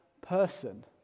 person